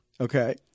Okay